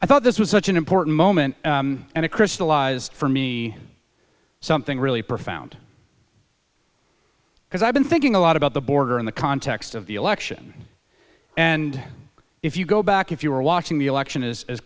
i thought this was such an important moment and it crystallized for me something really profound because i've been thinking a lot about the border in the context of the election and if you go back if you were watching the election is as